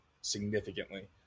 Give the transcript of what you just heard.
significantly